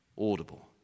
Audible